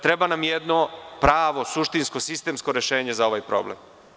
Treba nam jedno pravo, suštinsko, sistemsko rešenje za ovaj problem.